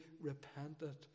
repented